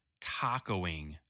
tacoing